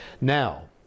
Now